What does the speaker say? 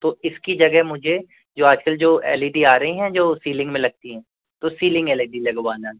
तो इसकी जगह मुझे जो आजकल जो एल इ डी आ रही हैं जो सीलिंग में लगती हैं तो सीलिंग एल इ डी लगवाना है